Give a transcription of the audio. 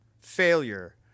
failure